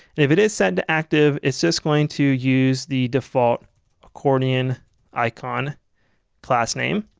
and if it is set to active it's just going to use the default accordion icon class name.